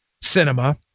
Cinema